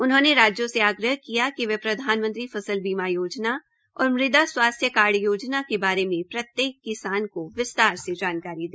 उन्होंने राज्यों से आग्रह किया कि वे प्रधानमंत्री फसल बीमा योजना और मृदा स्वास्थ कार्ड योजना के बारे में प्रत्येक किसान को विस्तार से जानकारी दे